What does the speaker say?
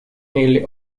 nearly